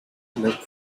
left